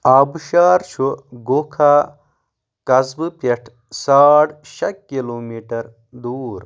آبٕشار چھُ گوکھا قصبہٕ پٮ۪ٹھ ساڑ شیٚے کِلومیٖٹَر دوُر